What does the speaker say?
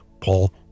Paul